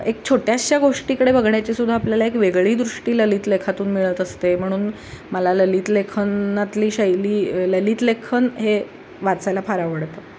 एक छोट्याशा गोष्टीकडे बघण्याचीसुद्धा आपल्याला एक वेगळी दृष्टी ललित लेखातून मिळत असते म्हणून मला ललित लेखनातली शैली ललित लेखन हे वाचायला फार आवडतं